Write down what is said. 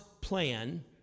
plan